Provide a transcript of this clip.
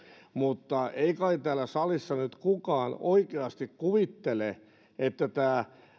mutta ei kai täällä salissa nyt kukaan oikeasti kuvittele että